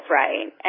right